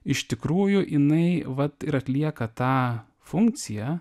iš tikrųjų jinai vat ir atlieka tą funkciją